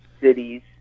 cities